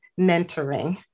mentoring